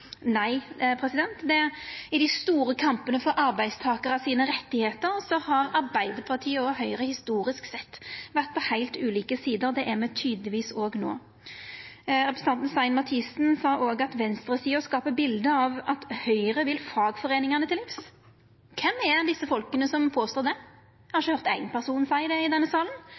Nei, i dei store kampane for arbeidstakarars rettar har Arbeidarpartiet og Høgre historisk sett vore på heilt ulike sider. Det er me tydelegvis no også. Representanten Stein Mathisen sa òg at venstresida skapar eit bilde av at Høgre vil fagforeiningane til livs. Kven er dei folka som påstår det? Eg har kanskje høyrt éin person seia det i denne salen.